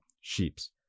Sheeps